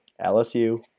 LSU